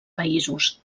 països